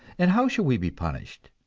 and how shall we be punished?